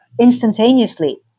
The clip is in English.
instantaneously